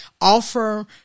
offer